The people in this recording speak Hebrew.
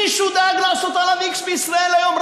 מישהו דאג לעשות עליו x בישראל היום,